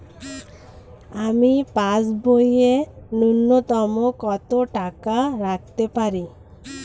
আমি পাসবইয়ে ন্যূনতম কত টাকা রাখতে পারি?